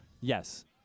Yes